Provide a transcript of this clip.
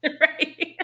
Right